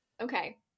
Okay